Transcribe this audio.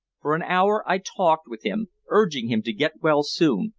for an hour i talked with him, urging him to get well soon,